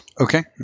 Okay